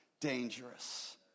Dangerous